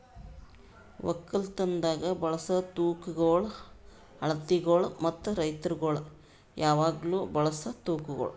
ಒಕ್ಕಲತನದಾಗ್ ಬಳಸ ತೂಕಗೊಳ್, ಅಳತಿಗೊಳ್ ಮತ್ತ ರೈತುರಗೊಳ್ ಯಾವಾಗ್ಲೂ ಬಳಸ ತೂಕಗೊಳ್